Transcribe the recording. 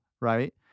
Right